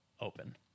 open